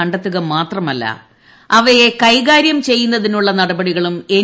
കണ്ടെത്തുക മാത്രമല്ല അവയെ കൈകാര്യം ചെയ്യുന്നതിനുള്ള നടപടികളും എൻ